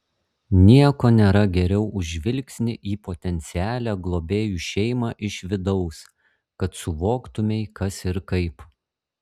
nieko nėra geriau už žvilgsnį į potencialią globėjų šeimą iš vidaus kad suvoktumei kas ir kaip